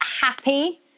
happy